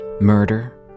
murder